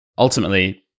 ultimately